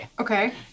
Okay